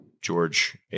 George